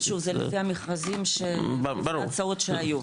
שוב, זה המכרזים ההצעות שהיו.